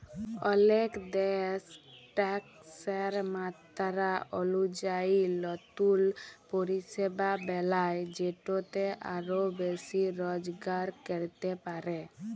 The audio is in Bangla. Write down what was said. অলেক দ্যাশ ট্যাকসের মাত্রা অলুজায়ি লতুল পরিষেবা বেলায় যেটতে আরও বেশি রজগার ক্যরতে পারে